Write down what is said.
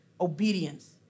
obedience